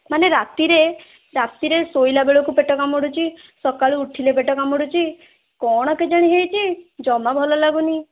ମାନେ ରାତିରେ ରାତିରେ ଶୋଇଲା ବେଳକୁ ପେଟ କାମୁଡ଼ୁଛି ସକାଳୁ ଉଠିଲେ ପେଟ କାମୁଡ଼ୁଛି କ'ଣ କେଜାଣି ହେଇଛି ଜମା ଭଲ ଲାଗୁନି